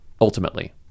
ultimately